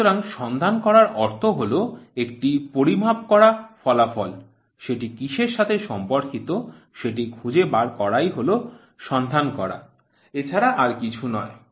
সুতরাং সন্ধান করার অর্থ হল একটি পরিমাপ করা ফলাফল সেটি কিসের সাথে সম্পর্কিত সেটি খুঁজে বার করাই হল সন্ধান করা এছাড়া আর কিছু নয়